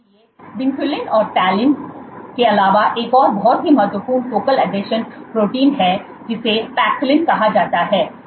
इसलिए विनक्यूलिन और तालिन के अलावा एक और बहुत ही महत्वपूर्ण फोकल आसंजन प्रोटीन है जिसे पैक्सिलिन कहा जाता है